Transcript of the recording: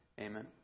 amen